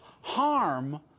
harm